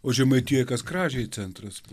o žemaitijoj kas kražiai centras